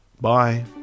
Bye